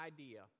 idea